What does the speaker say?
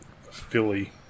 Philly